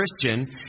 Christian